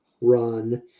run